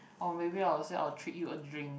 or maybe I will say I will treat you a drink